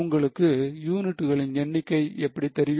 உங்களுக்கு யூனிட்டுகளின் எண்ணிக்கை எப்படி தெரியும்